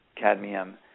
cadmium